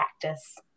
practice